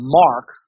mark